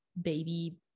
Baby